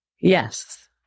Yes